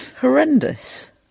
horrendous